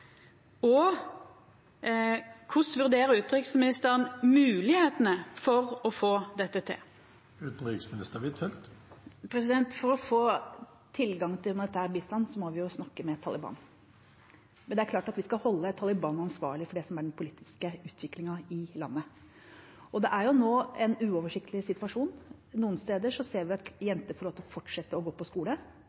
og korleis vurderer utanriksministeren moglegheitene for å få dette til? For å få tilgang til humanitær bistand må vi jo snakke med Taliban, men det er klart at vi skal holde Taliban ansvarlig for det som er den politiske utviklingen i landet. Det er jo nå en uoversiktlig situasjon. Noen steder ser vi at jenter får lov til å fortsette å gå på skole,